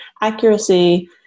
accuracy